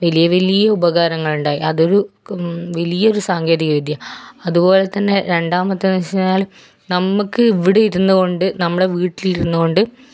വലിയ വലിയ ഉപകാരങ്ങളുണ്ടായി അതൊരു വലിയൊരു സാങ്കേതികവിദ്യ അതുപോലെതന്നെ രണ്ടാമത്തെന്നു വച്ച് കഴിഞ്ഞാൽ നമുക്ക് ഇവിടെ ഇരുന്നുകൊണ്ട് നമ്മുടെ വീട്ടിലിരുന്നുകൊണ്ട്